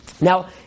Now